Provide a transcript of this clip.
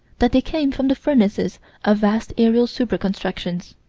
that they came from the furnaces of vast aerial super-constructions.